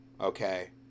okay